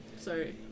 Sorry